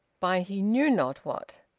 by he knew not what.